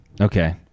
Okay